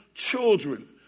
children